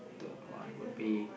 that one would be